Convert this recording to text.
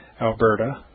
Alberta